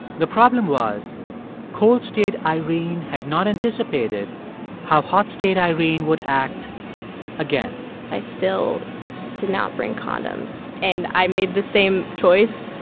the problem was cold-state irene had not anticipated how hot-state irene would act again i still did not bring condoms, and i made the same choice,